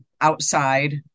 outside